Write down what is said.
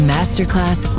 Masterclass